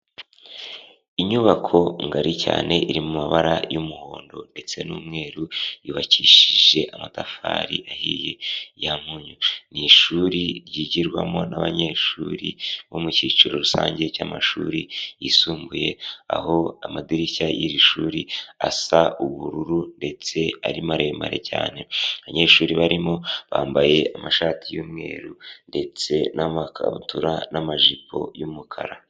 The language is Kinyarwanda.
Inyubako ngari cyane iri mu mabara y'umuhondo ndetse n'umweru yubakishije amatafari ahiye ya munyu, ni ishuri ryigirwamo n'abanyeshuri bo mu kiciro rusange cy'amashuri yisumbuye aho amadirishya y'iri shuri asa ubururu ndetse ari maremare cyane, abanyeshuri barimo bambaye amashati y'umweru ndetse n'amakabutura n'amajipo y'umukara.